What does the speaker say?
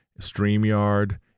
StreamYard